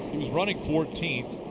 he was running fourteenth.